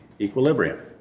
Equilibrium